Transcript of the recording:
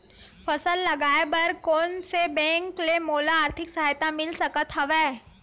फसल लगाये बर कोन से बैंक ले मोला आर्थिक सहायता मिल सकत हवय?